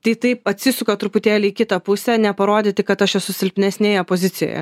tai taip atsisuka truputėlį kitą pusę neparodyti kad aš esu silpnesnėje pozicijoje